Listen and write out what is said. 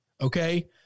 okay